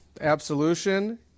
absolution